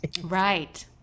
Right